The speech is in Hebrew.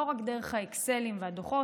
לא רק דרך האקסלים והדוחות,